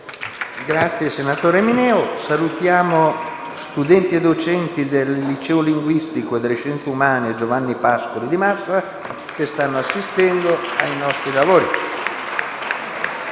finestra"). Salutiamo studenti e docenti del Liceo linguistico e delle scienze umane «Giovanni Pascoli» di Massa, che stanno assistendo ai nostri lavori.